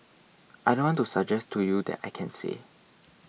I don't want to suggest to you that I can say